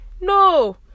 No